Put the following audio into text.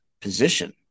position